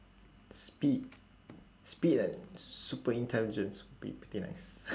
speed speed and super intelligence would be pretty nice